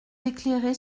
éclairer